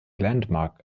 landmark